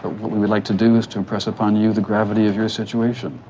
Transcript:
what we would like to do is to impress upon you the gravity of your situation.